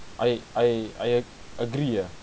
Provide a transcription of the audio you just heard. I I I agree ah